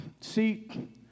See